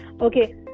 Okay